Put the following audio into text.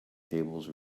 tables